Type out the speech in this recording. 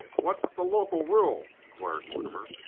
what's the local rule? inquired mortimer.